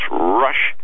rush